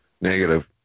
Negative